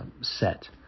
set